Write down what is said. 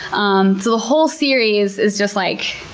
um the whole series is just, like,